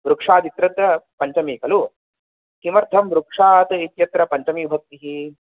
वृक्षादित्रत्र पञ्चमी खलु किमर्थं वृक्षात् इत्यत्र पञ्चमीविभक्तिः